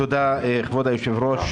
תודה כבוד היו"ר,